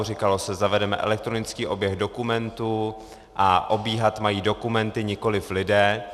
Říkalo se: zavedeme elektronický oběh dokumentů a obíhat mají dokumenty, nikoliv lidé.